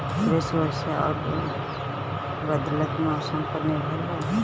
कृषि वर्षा आउर बदलत मौसम पर निर्भर बा